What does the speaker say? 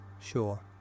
sure